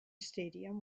stadium